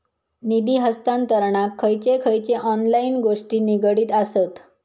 निधी हस्तांतरणाक खयचे खयचे ऑनलाइन गोष्टी निगडीत आसत?